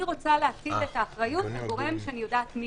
אני רוצה להפיל את האחריות על גורם שאני יודעת מיהו,